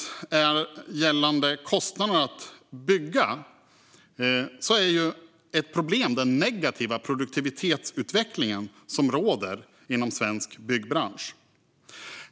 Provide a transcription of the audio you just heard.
Ett annat problem när det gäller kostnaderna för att bygga är den negativa produktivitetsutveckling som råder inom svensk byggbransch.